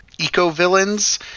eco-villains